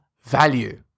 value